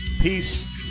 Peace